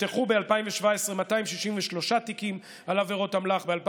נפתחו ב-2017 263 תיקים על עבירות אמל"ח, ב-2018,